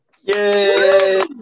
yay